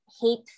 hate